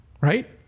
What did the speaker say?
right